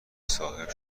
صاحب